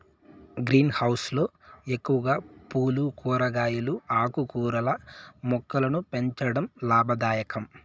green house లో ఎక్కువగా పూలు, కూరగాయలు, ఆకుకూరల మొక్కలను పెంచడం లాభదాయకం